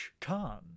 Khan